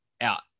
out